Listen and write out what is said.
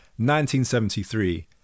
1973